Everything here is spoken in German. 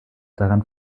daran